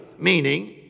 meaning